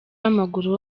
w’amaguru